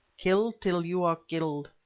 kill till you are killed.